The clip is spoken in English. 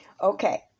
Okay